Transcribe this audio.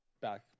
back